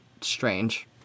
Strange